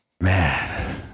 man